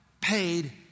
paid